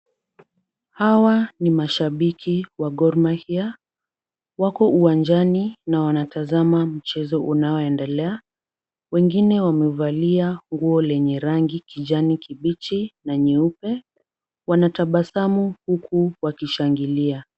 Haw ni mashabiki wa Gormahia. Wako uwanjani na wanatazama mchezo unaoendelea. Wengine wamevalia nguo lenye rangi ya kijani kibichi na nyeupe. Wanatabasamu huku wakishangilia.